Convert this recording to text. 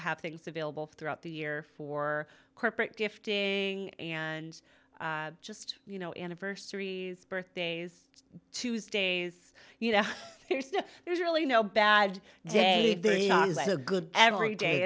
have things available throughout the year for corporate gifting and just you know anniversaries birthdays tuesdays you know there's really no bad day so good every day